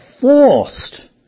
forced